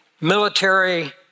military